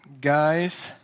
guys